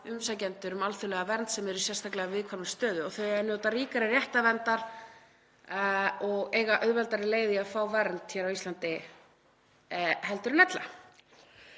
umsækjendum um alþjóðlega vernd sem eru í sérstaklega viðkvæmri stöðu og þau eiga að njóta ríkari réttarverndar og eiga auðveldari leið í að fá vernd á Íslandi heldur en ella.